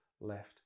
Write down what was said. left